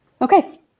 Okay